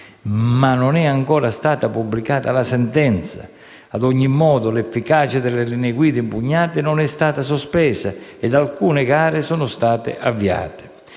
ma non è ancora stata pubblicata la sentenza. A ogni modo, l'efficacia delle linee guida impugnate non è stata sospesa e alcune gare sono state avviate.